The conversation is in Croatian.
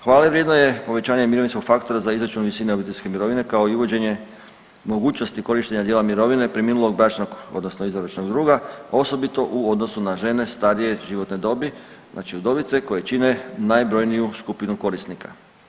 Hvale vrijedno je povećanje mirovinskog faktora za izračun visine obiteljske mirovine, kao i uvođenje mogućnosti korištenja dijela mirovine preminulog bračnog odnosno izvanbračnog druga, a osobito u odnosu na žene starije životne dobi znači udovice koje čine najbrojniju skupinu korisnika.